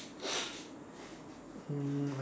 mm